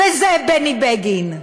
וזה בני בגין.